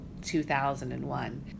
2001